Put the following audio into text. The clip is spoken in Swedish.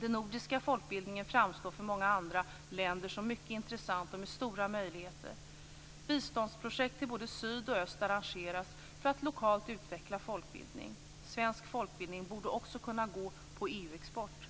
Den nordiska folkbildningen framstår för många andra länder som mycket intressant med stora möjligheter. Biståndsprojekt till både syd och öst arrangeras för att lokalt utveckla folkbildningen. Svensk folkbildning borde också kunna gå på EU-export.